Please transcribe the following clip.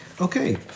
okay